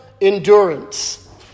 Endurance